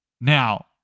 Now